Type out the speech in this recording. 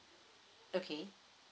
okay